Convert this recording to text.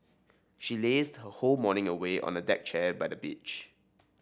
she lazed her whole morning away on a deck chair by the beach